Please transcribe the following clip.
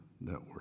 network